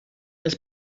els